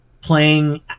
playing